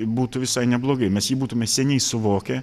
būtų visai neblogai mes jį būtume seniai suvokę